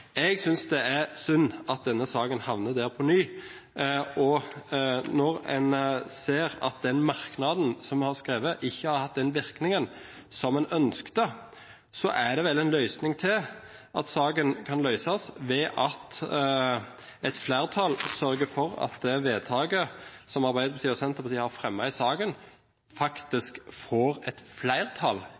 Jeg synes det er synd at denne saken havner der på ny, og når en ser at den merknaden som vi har skrevet, ikke har hatt den virkningen som en ønsket, er det vel en løsning til. Saken kan løses ved at et flertall sørger for at det forslaget til vedtak som Arbeiderpartiet og Senterpartiet har fremmet i saken, faktisk får flertall